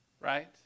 right